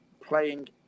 playing